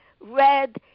red